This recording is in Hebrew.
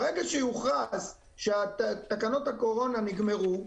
ברגע שיוכרז שתקנות הקורונה נגמרו,